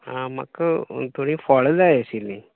आं म्हाका थोडी फळां जाय आशिल्लीं